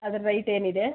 ಅದರ ರೈಟ್ ಏನಿದೆ